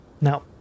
Now